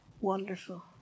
wonderful